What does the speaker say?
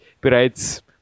bereits